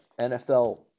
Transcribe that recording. NFL